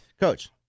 Coach